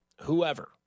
whoever